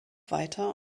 weiter